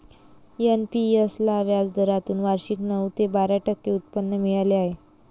NPS ला व्याजदरातून वार्षिक नऊ ते बारा टक्के उत्पन्न मिळाले आहे